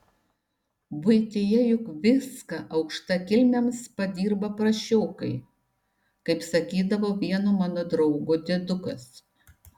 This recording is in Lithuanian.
buityje juk viską aukštakilmiams padirba prasčiokai kaip sakydavo vieno mano draugo diedukas